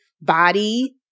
body